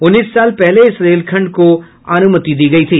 उन्नीस साल पहले इस रेलखंड को अनुमति दी गयी थी